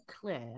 clear